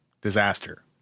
disaster